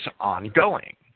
ongoing